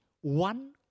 one